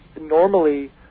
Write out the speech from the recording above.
normally